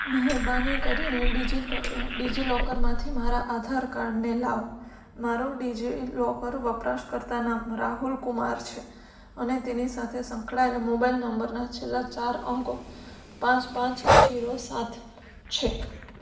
મહેરબાની કરીને ડિજિલો ડિજિલોકરમાંથી મારા આધાર કાર્ડને લાવો મારું ડિજિલોકર વપરાશકર્તા નામ રાહુલ કુમાર છે અને તેની સાથે સંકળાયેલા મોબાઇલ નંબરના છેલ્લા ચાર અંકો પાંચ પાંચ ઝીરો સાત છે